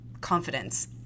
confidence